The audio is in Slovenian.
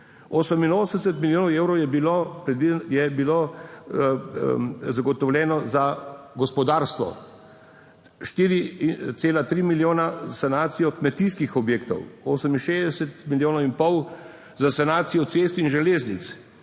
je bilo preden, je bilo zagotovljeno za gospodarstvo, 4,3 milijona za sanacijo kmetijskih objektov, 68 milijonov in pol, za sanacijo cest in železnic,